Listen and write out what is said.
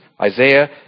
Isaiah